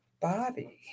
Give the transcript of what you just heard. Bobby